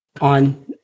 on